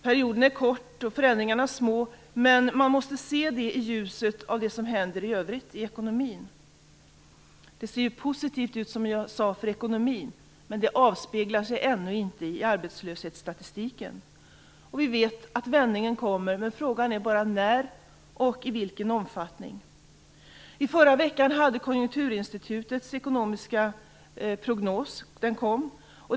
Perioden är kort och förändringarna små, men man måste se det i ljuset av det som händer i ekonomin i övrigt. Det ser positivt ut för ekonomin, men det avspeglar sig ännu inte i arbetslöshetsstatistiken. Vi vet att vändningen kommer, frågan är bara när och i vilken omfattning. I förra veckan kom Konjunkturinstitutets ekonomiska prognos.